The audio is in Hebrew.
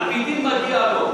על-פי דין מגיע לו.